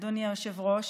אדוני היושב-ראש,